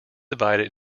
divided